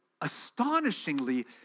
astonishingly